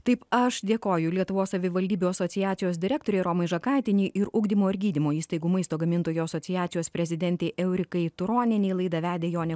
taip aš dėkoju lietuvos savivaldybių asociacijos direktorei romai žakaitienei ir ugdymo ir gydymo įstaigų maisto gamintojų asociacijos prezidentei eurikai turonienei laidą vedė jonė